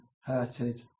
hurted